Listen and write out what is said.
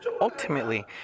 ultimately